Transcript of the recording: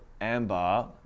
Amber